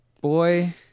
boy